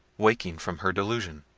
waking from her delusion,